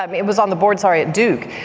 um it was on the board sorry at duke.